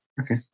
Okay